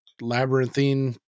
labyrinthine